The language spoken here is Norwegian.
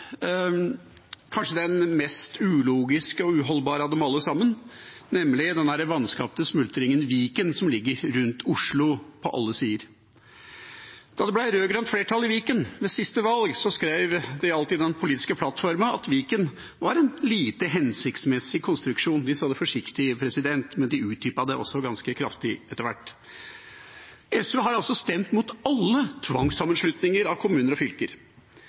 kanskje den mest ulogiske og uholdbare av dem alle sammen, nemlig den vanskapte smultringen Viken som ligger rundt Oslo på alle sider. Da det ble rød-grønt flertall i Viken ved siste valg, skrev en inn i den politiske plattforma at Viken var en lite hensiktsmessig konstruksjon. De sa det forsiktig, men de utdypet det ganske kraftig etter hvert. SV har stemt mot alle tvangssammenslutninger av kommuner og fylker,